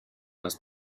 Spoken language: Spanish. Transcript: las